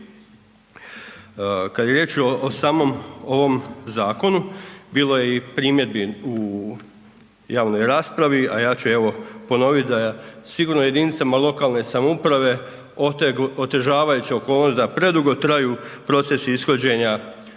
Kad je riječ o samom ovom zakonu bilo je i primjedbi u javnoj raspravi, a ja ću evo ponovit da je sigurno jedinicama lokalne samouprave otežavajuća okolnost da predugo traju procesi ishođenja